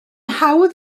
hawdd